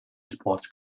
sports